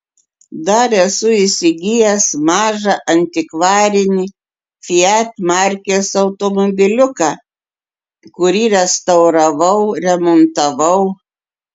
dar esu įsigijęs mažą antikvarinį fiat markės automobiliuką kurį restauravau remontavau